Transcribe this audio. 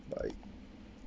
bye